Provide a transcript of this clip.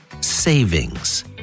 savings